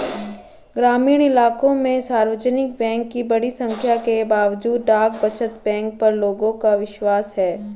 ग्रामीण इलाकों में सार्वजनिक बैंक की बड़ी संख्या के बावजूद डाक बचत बैंक पर लोगों का विश्वास है